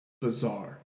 bizarre